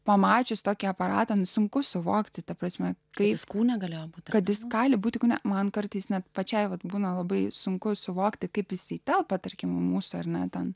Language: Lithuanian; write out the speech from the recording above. pamačius tokį aparatą sunku suvokti ta prasme kai jis kūne gali būti kad jis gali būti ne man kartais net pačiai vat būna labai sunku suvokti kaip visi telpa tarkim mūsų ar ne ten